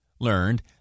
learned